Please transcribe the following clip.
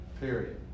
period